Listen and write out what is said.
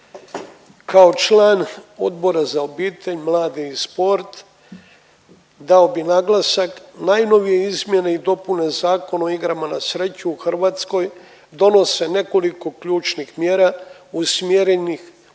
Kao član Odbora za obitelj, mlade i sport dao bi naglasak najnovije izmjene i dopune Zakona o igrama na sreću u Hrvatskoj donose nekoliko ključnih mjera usmjerenih na